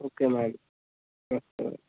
okay bye नमस्ते ma'am